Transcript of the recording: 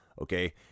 Okay